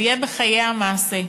זה יהיה בחיי המעשה.